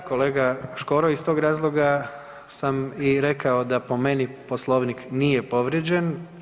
Da kolega Škoro, iz tog razloga sam i rekao da po meni Poslovnik nije povrijeđen.